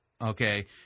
Okay